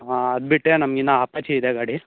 ಹಾಂ ಅದು ಬಿಟ್ಟರೆ ನಮ್ದು ಇನ್ನು ಅಪ್ಪಚ್ಚಿ ಇದೆ ಗಾಡಿ